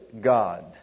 God